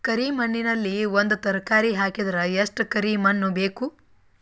ಕರಿ ಮಣ್ಣಿನಲ್ಲಿ ಒಂದ ತರಕಾರಿ ಹಾಕಿದರ ಎಷ್ಟ ಕರಿ ಮಣ್ಣು ಬೇಕು?